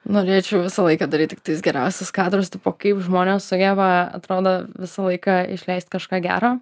norėčiau visą laiką daryt tiktais geriausius kadras tipo kaip žmonės sugeba atrodo visą laiką išleist kažką gero